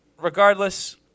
Regardless